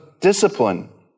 discipline